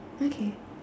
okay